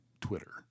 Twitter